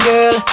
Girl